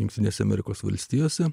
jungtinėse amerikos valstijose